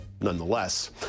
nonetheless